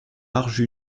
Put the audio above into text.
large